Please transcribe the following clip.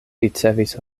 ricevis